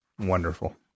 Wonderful